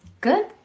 Good